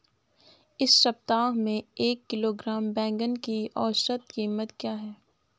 इस सप्ताह में एक किलोग्राम बैंगन की औसत क़ीमत क्या है?